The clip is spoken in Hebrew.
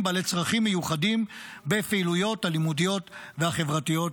בעלי צרכים מיוחדים בפעילויות הלימודיות והחברתיות